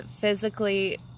physically